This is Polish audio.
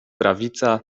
prawica